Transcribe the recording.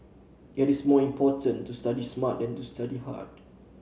it is more important to study smart than to study hard